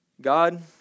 God